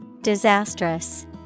Disastrous